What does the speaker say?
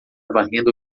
varrendo